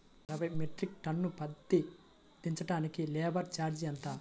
ఇరవై metric tonne పత్తి దించటానికి లేబర్ ఛార్జీ ఎంత?